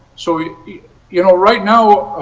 so you know right now